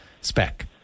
Spec